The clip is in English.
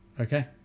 Okay